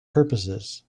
purposes